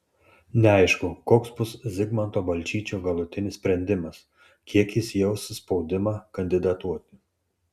neaišku koks bus zigmanto balčyčio galutinis sprendimas kiek jis jaus spaudimą kandidatuoti